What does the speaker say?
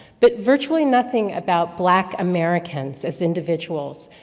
but virtually nothing about black americans, as individuals,